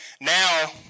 Now